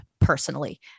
personally